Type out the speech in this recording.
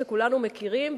שכולנו מכירים,